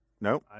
No